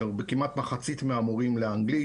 כמעט מחצית מהמורים לאנגלית,